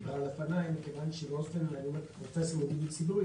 למצב בארצות הברית.